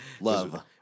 Love